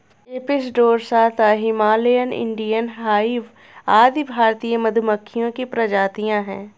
Apis dorsata, Himalayan, Indian hive आदि भारतीय मधुमक्खियों की प्रजातियां है